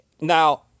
Now